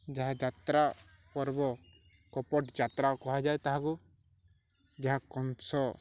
ଯାହା ଯାତ୍ରା ପର୍ବ କପଟ ଯାତ୍ରା କୁହାଯାଏ ତାହାକୁ ଯାହା କଂସ